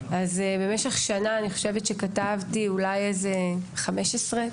במשך שנה אני חושבת שכתבתי אולי 15 פעמים,